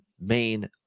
main